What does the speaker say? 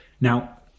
Now